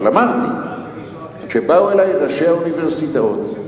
אבל אמרתי שכשבאו אלי ראשי האוניברסיטאות,